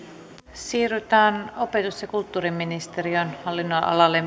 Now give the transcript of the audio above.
siirrytään opetus ja kulttuuriministeriön hallinnonalalle